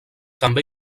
també